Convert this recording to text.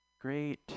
Great